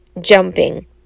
jumping